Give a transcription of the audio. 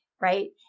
right